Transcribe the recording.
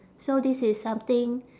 so this is something